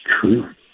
true